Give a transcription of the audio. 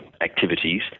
activities